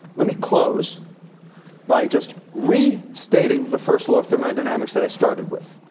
let me close by just re-stating the first law of thermodynamics that i started with.